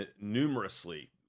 numerously